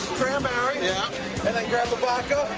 cranberry yeah and grab the vodka.